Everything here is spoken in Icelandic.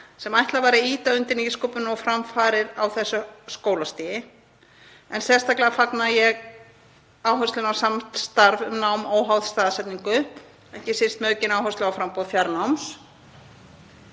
sem ætlað væri að ýta undir nýsköpun og framfarir á þessu skólastigi en sérstaklega fagna ég áherslum á samstarf um nám óháð staðsetningu, ekki síst með aukinni áherslu á framboð fjarnáms.